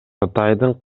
кытайдын